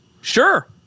Sure